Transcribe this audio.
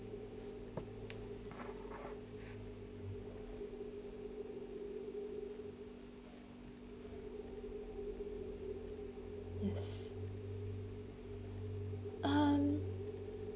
yes um